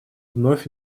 вновь